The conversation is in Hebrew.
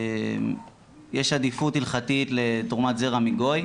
יש עדיפות הלכתית לתרומת זרע מגוי',